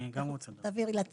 אתם שומעים?